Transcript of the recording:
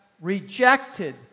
rejected